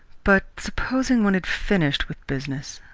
but supposing one had finished with business?